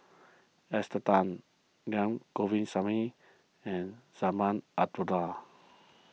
Esther Tan Naa Govindasamy and Azman Abdullah